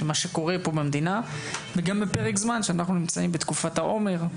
מה שקורה פה במדינה וגם בפרק זמן שאנחנו נמצאים בתקופת העומר,